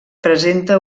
presenta